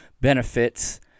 benefits